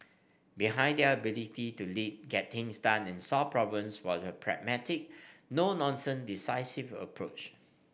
behind their ability to lead get things done and solve problems was a pragmatic no nonsense decisive approach